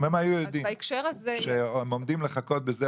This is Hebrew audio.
אם הם היו יודעם שהם עומדים לחכות בשדה